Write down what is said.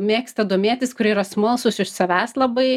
mėgsta domėtis kurie yra smalsūs iš savęs labai